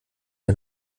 wir